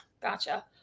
Gotcha